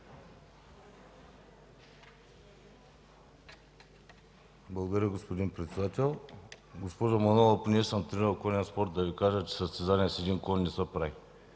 Благодаря, господин Председател. Госпожо Манолова, понеже съм тренирал конен спорт, да Ви кажа, че състезание с един кон не се прави.